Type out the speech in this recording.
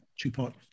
two-part